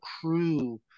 crew